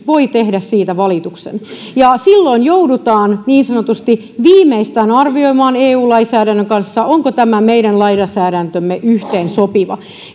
voi tehdä siitä valituksen ja silloin joudutaan niin sanotusti viimeistään arvioimaan eu lainsäädännön kanssa onko tämä meidän lainsäädäntöömme yhteensopiva